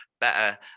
better